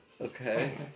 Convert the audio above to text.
Okay